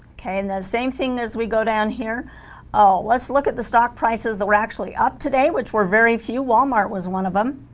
and the same thing as we go down here ah let's look at the stock prices that were actually up today which were very few walmart was one of them